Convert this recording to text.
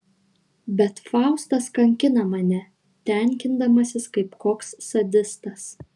bet faustas kankina mane tenkindamasis kaip koks sadistas